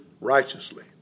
righteously